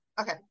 Okay